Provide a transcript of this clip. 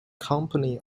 company